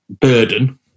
burden